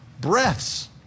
breaths